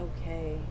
okay